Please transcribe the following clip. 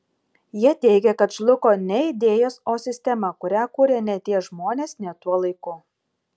jie teigia kad žlugo ne idėjos o sistema kurią kūrė ne tie žmonės ne tuo laiku